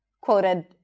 quoted